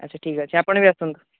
ଆଚ୍ଛା ଠିକ୍ ଅଛି ଆପଣ ବି ଆସନ୍ତୁ